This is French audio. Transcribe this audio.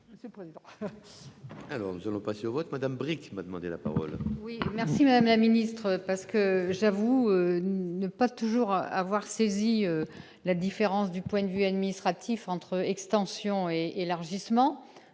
Monsieur le président,